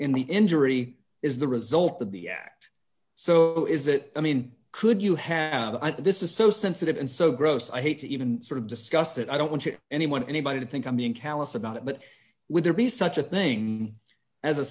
in the injury is the result the be act so is it i mean could you have and this is so sensitive and so gross i hate to even sort of discuss it i don't want to anyone anybody to think i'm being callous about it but would there be such a thing as a